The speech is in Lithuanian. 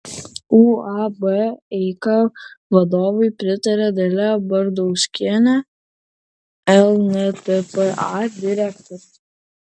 uab eika vadovui pritaria dalia bardauskienė lntpa direktorė